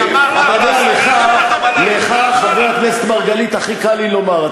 ולך, חבר הכנסת מרגלית, הכי קל לי לומר.